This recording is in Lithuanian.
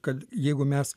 kad jeigu mes